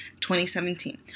2017